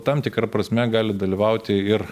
tam tikra prasme gali dalyvauti ir